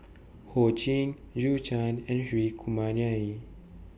Ho Ching Zhou Can and Hri Kumar Nair